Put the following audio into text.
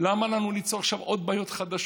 למה לנו ליצור עכשיו עוד בעיות חדשות,